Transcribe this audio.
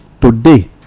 today